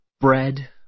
Bread